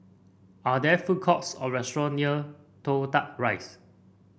are there food courts or restaurant near Toh Tuck Rise